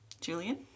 Julian